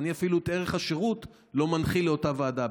ואפילו את ערך השירות אני לא מנחיל לאותה ועדה.